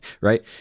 right